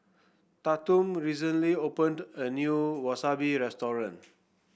Tatum recently opened a new Wasabi restaurant